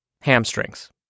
hamstrings